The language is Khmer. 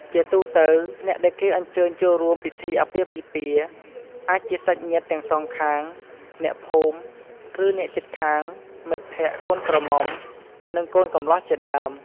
ជាទូទៅ អ្នកដែលគេអញ្ជើញចូលរួមពិធីអាពាហ៍ពិពាហ៍អាចជា សាច់ញាតិទាំងសងខាង អ្នកភូមិ ឬ អ្នកជិតខាង មិត្តភក្តិកូនក្រមុំ និងកូនកម្លោះជាដើម។